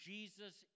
Jesus